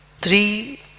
three